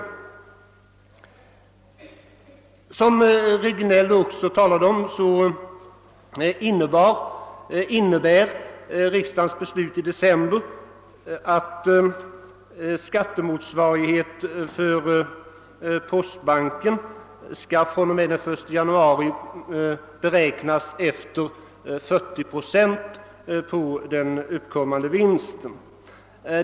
Såsom herr Regnéll också nämnde, innebär riksdagens beslut i december att skattemotsvarigheten för postbanken från och med den 1 januari i år skall beräknas till 40 procent av den uppkommande vinsten.